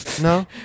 No